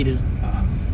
a'ah